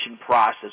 process